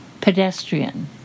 pedestrian